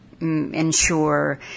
Ensure